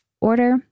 order